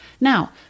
Now